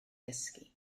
gysgu